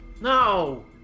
No